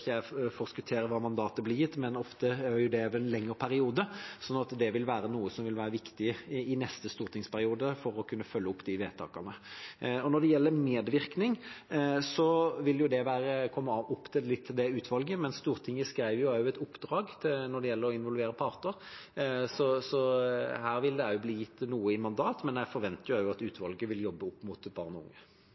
jeg forskuttere hva slags mandat som blir gitt, men ofte er jo det over en lengre periode, så det vil være viktig i neste stortingsperiode for å kunne følge opp de vedtakene. Når det gjelder medvirkning, vil det være litt opp til utvalget, men Stortinget skrev et oppdrag når det gjelder å involvere parter, så her vil det også bli gitt noe i mandatet, men jeg forventer at utvalget vil jobbe opp mot barn og unge.